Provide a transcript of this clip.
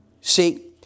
See